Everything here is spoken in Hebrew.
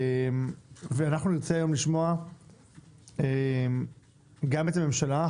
אנחנו נרצה היום לשמוע גם את הממשלה,